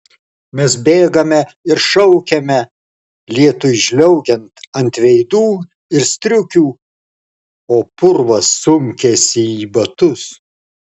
mes bėgame ir šaukiame lietui žliaugiant ant veidų ir striukių o purvas sunkiasi į batus